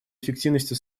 эффективности